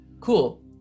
Cool